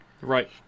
Right